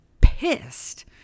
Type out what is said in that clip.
pissed